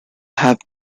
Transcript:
have